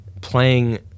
playing